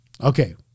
Okay